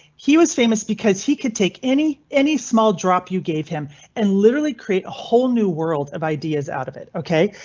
he was famous because he could take any any small drop you gave him and literally create a whole new world of ideas out of it. ok,